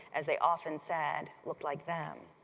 as they often said look like them.